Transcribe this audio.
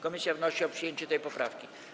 Komisja wnosi o przyjęcie tej poprawki.